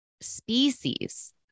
species